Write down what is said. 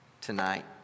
tonight